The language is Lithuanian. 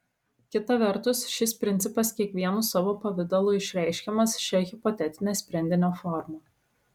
kita vertus šis principas kiekvienu savo pavidalu išreiškiamas šia hipotetine sprendinio forma